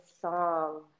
song